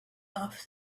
off